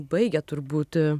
baigę turbūt